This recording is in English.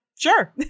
Sure